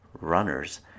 runners